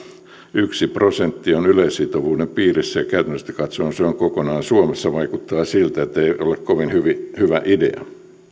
yksi prosenttia on yleissitovuuden piirissä ja käytännöllisesti katsoen se on kokonaan suomessa vaikuttaa siltä ettei se ole kovin hyvä idea